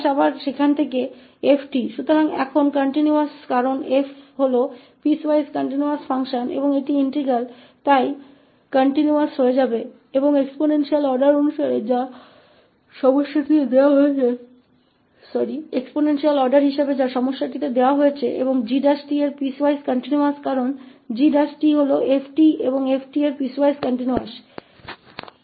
तो अब यह 𝑔𝑡 निरंतर है क्योंकि 𝑓 पीसवाइज कंटीन्यूअस फंक्शन है और यह इंटीग्रल है 𝑔𝑡 वहां इंटीग्रल है इसलिए 𝑔𝑡 निरंतर हो जाएगा और एक्सपोनेंशियल आर्डर का है जो समस्या में दिया गया है और 𝑔′𝑡 पीसवाइज कंटीन्यूअस है क्योंकि𝑔′𝑡 𝑓𝑡 है और 𝑓𝑡 पीसवाइज कंटीन्यूअस है